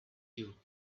you